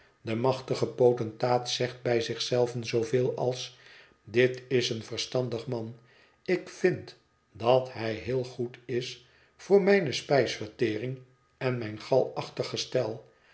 de machtige potentaat zegt bij zich zelven zooveel als dit is een verstandig man ik vind dat hij heel goed is voor mijne spijsvertering en mijn galachtig gestel